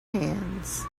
hands